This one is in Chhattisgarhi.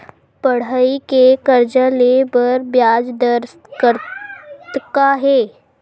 पढ़ई के कर्जा ले बर ब्याज दर कतका हे?